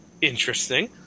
interesting